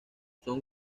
son